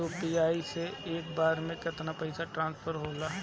UPI से एक बार मे केतना पैसा ट्रस्फर होखे ला?